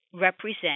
represent